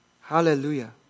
Hallelujah